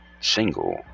single